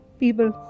people